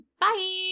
Bye